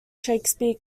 shakespeare